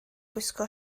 gwisgo